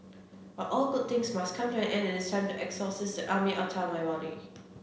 but all good things must come to an end and it's time to exorcise the army outta my body